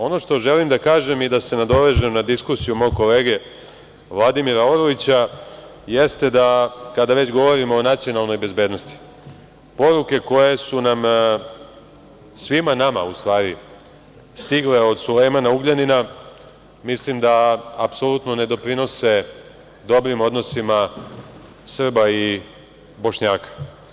Ono što želim da kažem i da se nadovežem na diskusiju mog kolege Vladimira Orlića, jeste da kada već govorimo o nacionalnoj bezbednosti, poruke koje su nam, svima nama u stvari, stigle od Sulejmana Ugljanina, mislim da apsolutno ne doprinose dobrim odnosima Srba i Bošnjaka.